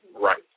right